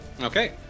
Okay